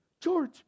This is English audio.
george